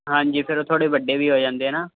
ਹਾਂਜੀ ਫਿਰ ਉਹ ਥੋੜ੍ਹੇ ਵੱਡੇ ਵੀ ਹੋ ਜਾਂਦੇ ਆ ਨਾ